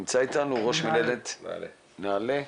ראש מנהלת נעל"ה.